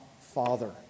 Father